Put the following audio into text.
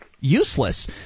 useless